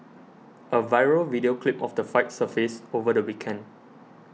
a viral video clip of the fight surfaced over the weekend